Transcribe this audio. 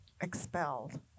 expelled